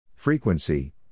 Frequency